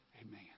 Amen